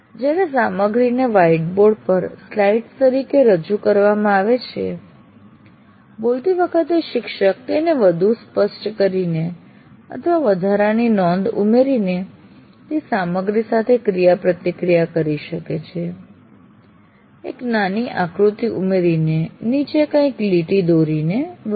જ્યારે સામગ્રીને white board પર સ્લાઇડ્સ તરીકે રજૂ કરવામાં આવે છે બોલતી વખતે શિક્ષક તેને વધુ સ્પષ્ટ કરીને અથવા વધારાની નોંધ ઉમેરીને તે સામગ્રી સાથે ક્રિયાપ્રતિક્રિયા કરી શકે છે એક નાનું આકૃતિ ઉમેરીને નીચે કંઈક લીટી દોરીને વગેરે